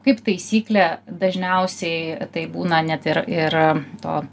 kaip taisyklė dažniausiai tai būna net ir ir to